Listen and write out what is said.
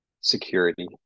security